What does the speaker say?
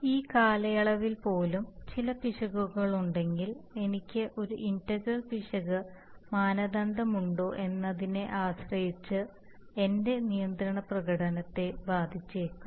ഈ കാലയളവിൽ പോലും ചില പിശകുകളുണ്ടെങ്കിൽ എനിക്ക് ഒരു ഇന്റഗ്രൽ പിശക് മാനദണ്ഡമുണ്ടോ എന്നതിനെ ആശ്രയിച്ച് എന്റെ നിയന്ത്രണ പ്രകടനത്തെ ബാധിച്ചേക്കാം